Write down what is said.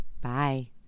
bye